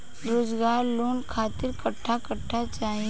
रोजगार लोन खातिर कट्ठा कट्ठा चाहीं?